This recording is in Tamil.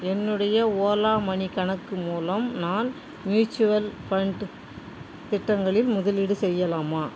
என்னுடைய ஓலா மனி கணக்கு மூலம் நான் மியூச்சுவல் ஃபண்ட் திட்டங்களில் முதலீடு செய்யலாமா